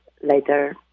later